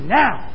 now